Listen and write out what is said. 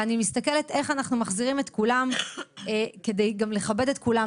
ואני מסתכלת איך אנחנו מחזירים את כולם כדי לכבד את כולם.